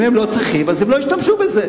אם הם לא צריכים, הם לא ישתמשו בזה.